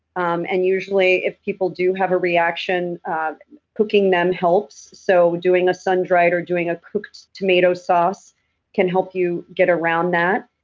um and usually if people do have a reaction, um cooking them helps. so doing a sun dried or doing a cooked tomato sauce can help you get around that.